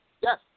Yes